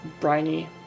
briny